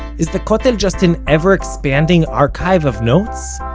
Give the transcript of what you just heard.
is the kotel just an ever-expanding archive of notes?